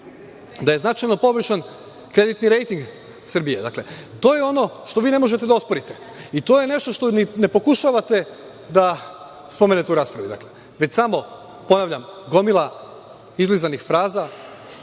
listi. Značajno je poboljšan kreditni rejting Srbije. Dakle, to je ono što vi ne možete da osporite i to je nešto što ne pokušavate da spomenete u raspravi, već samo, ponavljam, gomila izlizanih fraza,